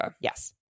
Yes